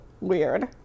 weird